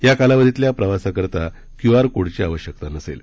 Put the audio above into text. या कालावधीतल्या प्रवासासाठी क्यू आर कोडची आवश्यकता नसेल